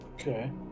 Okay